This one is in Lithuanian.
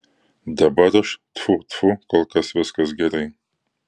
dabar aš tfu tfu kol kas viskas gerai